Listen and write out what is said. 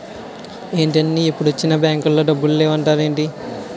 ఏంటండీ ఎప్పుడొచ్చినా బాంకులో డబ్బులు లేవు అంటారేంటీ?